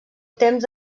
temps